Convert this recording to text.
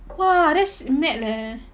!wah! that's mad leh